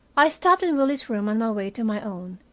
i stopped in willie's room on my way to my own,